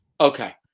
okay